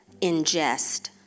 ingest